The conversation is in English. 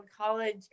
college